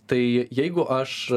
tai jeigu aš